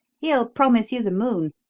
he'll promise you the moon,